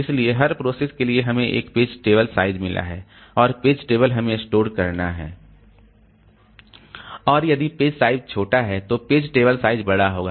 इसलिए हर प्रोसेस के लिए हमें एक पेज टेबल साइज मिला है और पेज टेबल हमें स्टोर करना है और यदि पेज साइज छोटा है तो पेज टेबल साइज बड़ा होगा